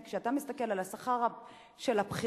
כי כשאתה מסתכל על השכר של הבכירים